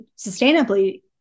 sustainably